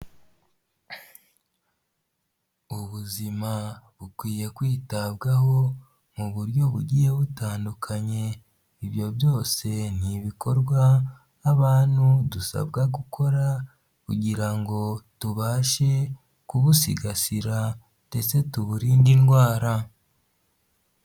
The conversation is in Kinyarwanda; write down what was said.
Ubuzima bukwiye kwitabwaho mu buryo bugiye butandukanye, ibyo byose ni ibikorwa abantu dusabwa gukora kugira ngo tubashe kubusigasira ndetse tuburinde indwara.